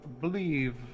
believe